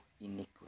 iniquity